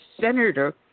senator